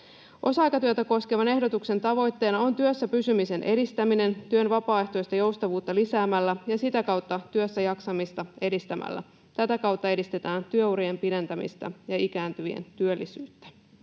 Osa-aikatyötä koskevan ehdotuksen tavoitteena on työssä pysymisen edistäminen työn vapaaehtoista joustavuutta lisäämällä ja sitä kautta työssä jaksamista edistämällä. Tätä kautta edistetään työurien pidentämistä ja ikääntyvien työllisyyttä.